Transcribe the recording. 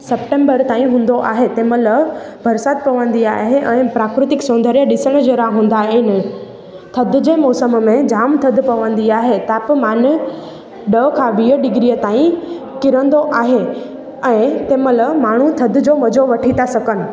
September ताईं हूंदो आहे तंहिंमहिल बरसाति पवंदी आहे ऐं प्राक्रुतिक सौंदर्या ॾिसण जहिड़ा हूंदा आहिनि थधि जे मौसम में जाम थधि पवंदी आहे तापमान ॾह खां वीह डिग्रीअ ताईं किरंदो आहे ऐं तंहिंमहिल माण्हू थधि जो मज़ो वठी था सघनि